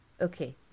okay